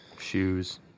shoes